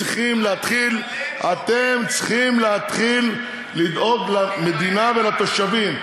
אתם צריכים להתחיל לדאוג למדינה ולתושבים.